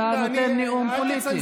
אתה נותן נאום פוליטי.